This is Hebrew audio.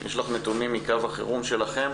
יש לך נתונים מקו החירום שלכם.